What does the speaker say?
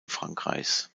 frankreichs